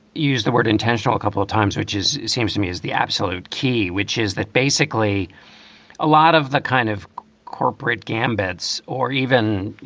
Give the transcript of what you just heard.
use the word intentional a couple of times, which is, it seems to me, is the absolute key, which is that basically a lot of the kind of corporate gambits or even,